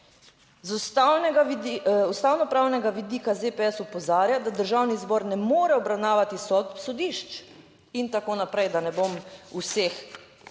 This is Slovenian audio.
ustavno pravnega vidika ZPS opozarja, da Državni zbor ne more obravnavati sodb sodišč in tako naprej, da ne bom vseh,